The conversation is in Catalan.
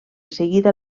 seguida